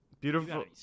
beautiful